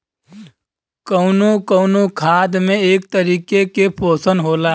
कउनो कउनो खाद में एक तरीके के पोशन होला